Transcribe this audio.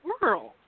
world